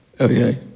Okay